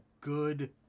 good